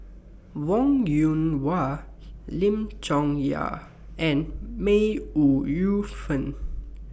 Wong Yoon Wah Lim Chong Yah and May Ooi Yu Fen